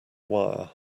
wire